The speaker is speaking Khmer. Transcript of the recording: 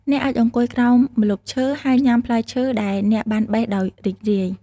អ្នកអាចអង្គុយក្រោមម្លប់ឈើហើយញ៉ាំផ្លែឈើដែលអ្នកបានបេះដោយរីករាយ។